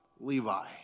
Levi